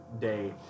day